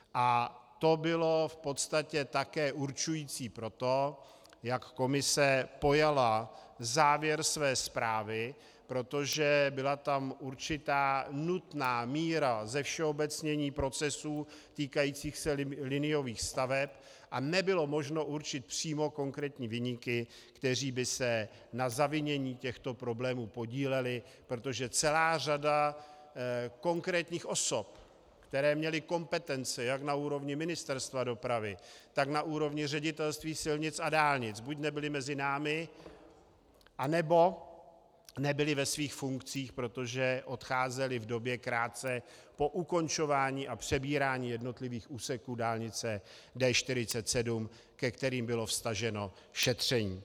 A to bylo v podstatě také určující pro to, jak komise pojala závěr své zprávy, protože tam byla určitá nutná míra zevšeobecnění procesů týkajících se liniových staveb a nebylo možné určit přímo konkrétní viníky, kteří by se na zavinění těchto problémů podíleli, protože celá řada konkrétních osob, které měly kompetence jak na úrovni Ministerstva dopravy, tak na úrovni Ředitelství silnic a dálnic, buď nebyla mezi námi, anebo nebyla ve svých funkcích, protože odcházela v době krátce po ukončování a přebírání jednotlivých úseků dálnice D47, ke kterým bylo vztaženo šetření.